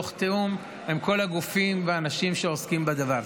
בתיאום עם כל הגופים והאנשים שעוסקים בדבר.